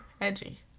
Edgy